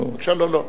לא, לא.